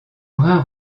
brun